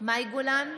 מאי גולן,